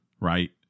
right